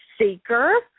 seeker